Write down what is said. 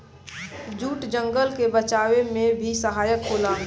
jute जंगल के बचावे में भी सहायक होला